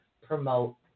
promote